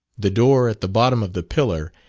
the door at the bottom of the pillar,